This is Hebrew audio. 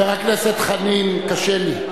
חבר הכנסת חנין, קשה לי.